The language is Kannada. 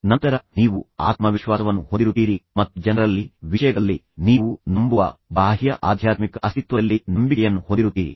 ತದನಂತರ ನೀವು ಆತ್ಮವಿಶ್ವಾಸವನ್ನು ಹೊಂದಿರುತ್ತೀರಿ ಮತ್ತು ನಂತರ ನೀವು ಜನರಲ್ಲಿ ವಿಷಯಗಳಲ್ಲಿ ನೀವು ನಂಬುವ ಬಾಹ್ಯ ಆಧ್ಯಾತ್ಮಿಕ ಅಸ್ತಿತ್ವದಲ್ಲಿ ನಂಬಿಕೆ ಅಥವಾ ನಂಬಿಕೆಯನ್ನು ಹೊಂದಿರುತ್ತೀರಿ